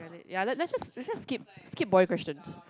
ya let ya let let's just let's just skip skip boy questions